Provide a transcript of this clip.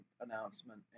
announcement